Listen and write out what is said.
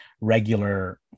regular